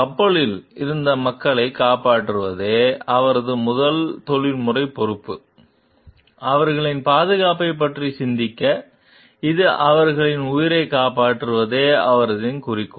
கப்பலில் இருந்த மக்களைக் காப்பாற்றுவதே அவரது முதல் தொழில்முறை பொறுப்பு அவர்களின் பாதுகாப்பைப் பற்றி சிந்திக்க இது அவர்களின் உயிரைக் காப்பாற்றுவதே அவரது குறிக்கோள்